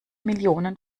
millionen